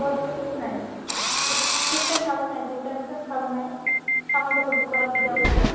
ଭଲସେ ହେଉନାହିଁ ଠିକ୍ ସେ ଛାଲୁନାହିଁ ଯେଉଁଟା ଛାଲୁନାହିଁ ସାମାନ୍ ଯାକ ବି ଖରାପ୍ ହେଇଯାଉଛେ